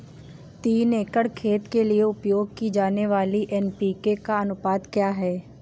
तीन एकड़ खेत के लिए उपयोग की जाने वाली एन.पी.के का अनुपात क्या है?